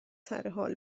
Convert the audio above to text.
سرحال